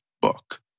book